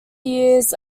years